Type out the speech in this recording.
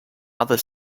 other